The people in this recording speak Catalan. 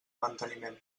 manteniment